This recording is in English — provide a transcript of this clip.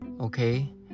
okay